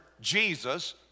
Jesus